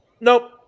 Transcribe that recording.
Nope